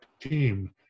team